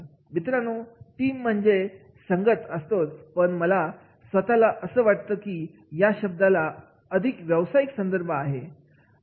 मित्रांनो टीम म्हणजे सांगत असतोच पण मला स्वतःला असं वाटतं ही या शब्दाला अधिक व्यावसायिक संदर्भ आहे